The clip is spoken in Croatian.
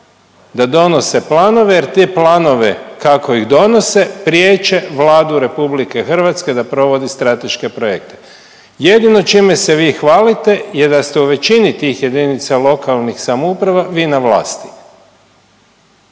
da donose planove jer ti planove kako ih donose priječe Vladu RH da provodi strateške projekte. Jedino čime se vi hvalite je da ste u većini tih jedinica lokalnih samouprava vi na vlasti.